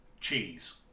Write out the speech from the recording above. Cheese